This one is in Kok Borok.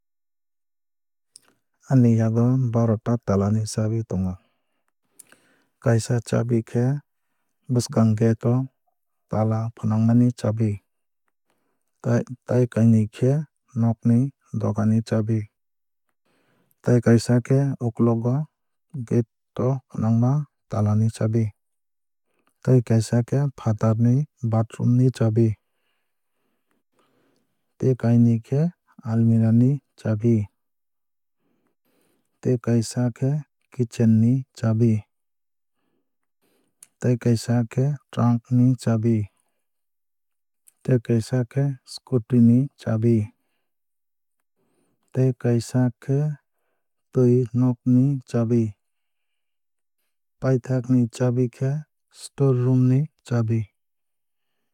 Ani yago baaro ta tala ni chabi tongo. Kaisa chabi khe bwswkang gate o tala fwnangma ni chabi. Tei kainui khe nog ni doga ni chabi. Tei kaisa khe ukulok gate o fwnangma tala ni chabi. Tei kaisa khe fatar ni bathhroom ni chabi. Tei kainui khe almirah ni chabi. Tei kaisa khe kitchen ni chabi. Tei kaisa khe trunk ni chabi. Tei kaisa khe scooty ni chabi. Tei kaisa khe twui nog ni chabi. Paithakni chabi khe store room ni chabi.